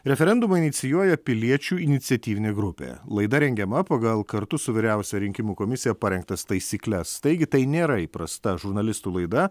referendumą inicijuoja piliečių iniciatyvinė grupė laida rengiama pagal kartu su vyriausiaja rinkimų komisija parengtas taisykles taigi tai nėra įprasta žurnalistų laida